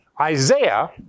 Isaiah